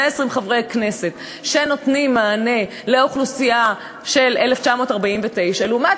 120 חברי כנסת שנותנים מענה לאוכלוסייה של 1949 לעומת